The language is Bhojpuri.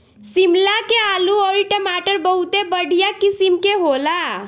शिमला के आलू अउरी टमाटर बहुते बढ़िया किसिम के होला